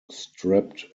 stripped